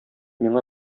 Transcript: миңа